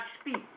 speak